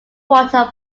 water